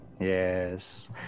Yes